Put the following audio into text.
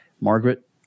Margaret